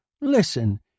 Listen